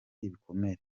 ibikomere